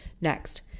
Next